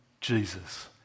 Jesus